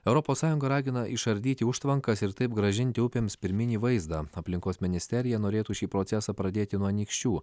europos sąjunga ragina išardyti užtvankas ir taip grąžinti upėms pirminį vaizdą aplinkos ministerija norėtų šį procesą pradėti nuo anykščių